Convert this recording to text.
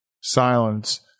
silence